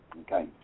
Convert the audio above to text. Okay